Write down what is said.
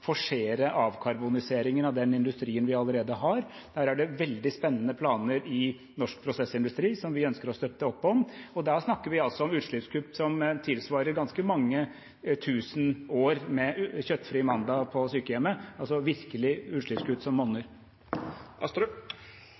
forsere avkarboniseringen av den industrien vi allerede har. Her er det veldig spennende planer i norsk prosessindustri som vi ønsker å støtte opp om, og da snakker vi om utslippskutt som tilsvarer ganske mange tusen år med kjøttfri mandag på sykehjemmet, altså utslippskutt som virkelig monner.